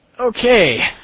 Okay